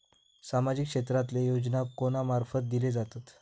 सामाजिक क्षेत्रांतले योजना कोणा मार्फत दिले जातत?